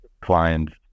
clients